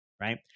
right